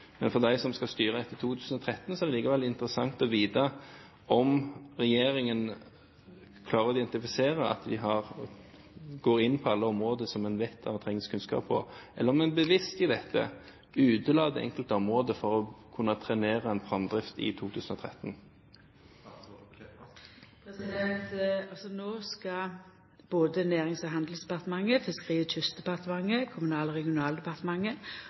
For dem som skal styre etter 2013, er det likevel interessant å få vite om regjeringen klarer å identifisere at de går inn på alle områder der en vet at det trengs kunnskap, eller om en bevisst i dette utelater enkelte områder for å kunne trenere en framdrift i 2013. No skal både Nærings- og handelsdepartementet, Fiskeri- og kystdepartementet, Kommunal- og regionaldepartementet